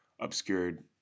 obscured